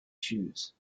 choose